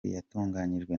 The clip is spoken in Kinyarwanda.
yatunganyijwe